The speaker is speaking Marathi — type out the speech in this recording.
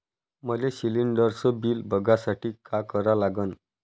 मले शिलिंडरचं बिल बघसाठी का करा लागन?